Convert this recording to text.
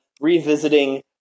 revisiting